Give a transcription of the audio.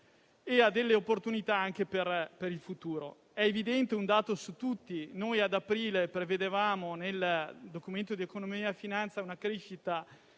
e crea delle opportunità anche per il futuro. È evidente un dato su tutti: ad aprile prevedevamo nel Documento di economia e finanza una crescita